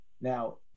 Now